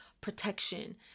protection